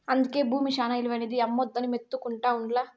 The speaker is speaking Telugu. అందుకే బూమి శానా ఇలువైనది, అమ్మొద్దని మొత్తుకుంటా ఉండ్లా